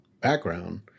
background